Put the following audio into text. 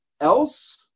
else